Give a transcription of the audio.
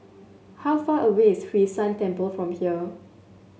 how far away is Hwee San Temple from here